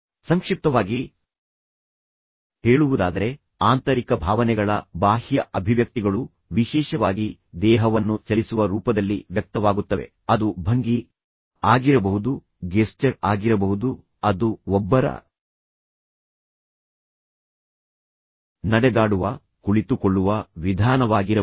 ಸಂಕ್ಷಿಪ್ತವಾಗಿ ಹೇಳುವುದಾದರೆ ಆಂತರಿಕ ಭಾವನೆಗಳ ಬಾಹ್ಯ ಅಭಿವ್ಯಕ್ತಿಗಳು ವಿಶೇಷವಾಗಿ ದೇಹವನ್ನು ಚಲಿಸುವ ರೂಪದಲ್ಲಿ ವ್ಯಕ್ತವಾಗುತ್ತವೆ ಅದು ಭಂಗಿ ಆಗಿರಬಹುದು ಗೆಸ್ಚರ್ ಆಗಿರಬಹುದು ಅದು ಒಬ್ಬರ ನಡೆದಾಡುವ ಕುಳಿತುಕೊಳ್ಳುವ ವಿಧಾನವಾಗಿರಬಹುದು